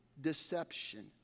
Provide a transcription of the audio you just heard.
deception